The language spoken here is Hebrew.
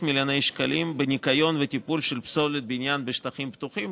מיליוני שקלים בניקיון ובטיפול בפסולת בניין בשטחים פתוחים,